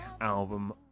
album